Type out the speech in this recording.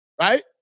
Right